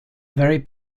very